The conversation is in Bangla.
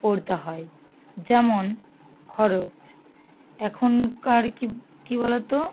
পড়তে হয় যেমন খরচ এখনকার কী কী বলতো